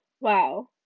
Wow